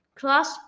class